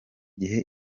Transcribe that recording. gihe